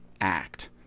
act